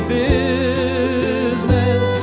business